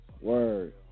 word